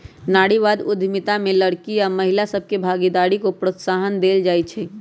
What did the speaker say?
नारीवाद उद्यमिता में लइरकि आऽ महिला सभके भागीदारी को प्रोत्साहन देल जाइ छइ